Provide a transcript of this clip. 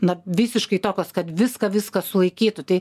na visiškai tokios kad viską viską sulaikytų tai